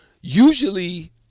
usually